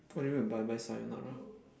what do you mean by bye bye sayonara